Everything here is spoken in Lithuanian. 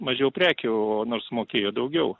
mažiau prekių o nors sumokėjo daugiau